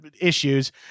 issues